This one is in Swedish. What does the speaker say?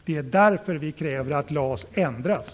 Det är därför vi kräver att LAS ändras.